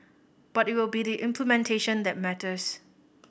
but it will be the implementation that matters